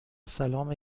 سلام